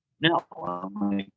no